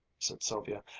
said sylvia.